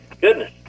goodness